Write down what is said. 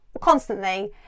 constantly